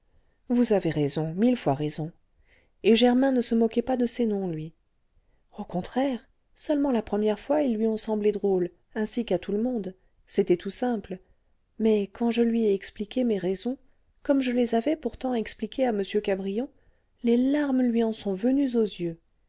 vous avez raison mille fois raison et germain ne se moquait pas de ces noms lui au contraire seulement la première fois ils lui ont semblé drôles ainsi qu'à tout le monde c'était tout simple mais quand je lui ai expliqué mes raisons comme je les avais pourtant expliquées à m cabrion les larmes lui en sont venues aux yeux